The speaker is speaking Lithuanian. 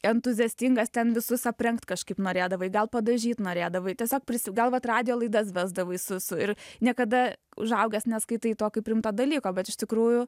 entuziastingas ten visus aprengt kažkaip norėdavai gal padažyt norėdavai tiesiog prisidar vat radijo laidas vesdavai su su ir niekada užaugęs neskaitai to kaip rimto dalyko bet iš tikrųjų